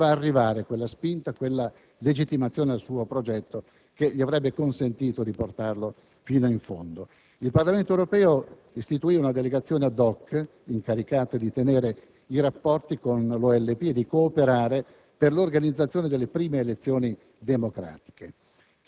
potevano arrivare al suo progetto la spinta e la legittimazione, che gli avrebbero consentito di portarlo fino in fondo. Il Parlamento europeo istituì una delegazione *ad* *hoc*, incaricata di tenere i rapporti con l'OLP e di cooperare per l'organizzazione delle prime elezioni democratiche.